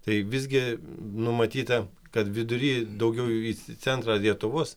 tai visgi numatyta kad vidury daugiau į centrą lietuvos